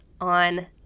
on